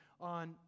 on